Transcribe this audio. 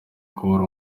kubura